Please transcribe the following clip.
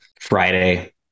Friday